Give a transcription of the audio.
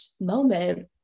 moment